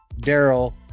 Daryl